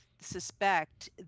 suspect